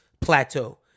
plateau